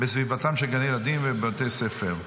בסביבתם של גני ילדים ובתי ספר.